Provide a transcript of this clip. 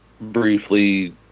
briefly